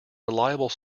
reliable